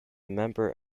member